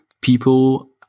people